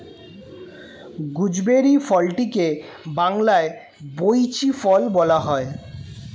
gooseberry ফলটিকে বাংলায় বৈঁচি ফল বলা হয়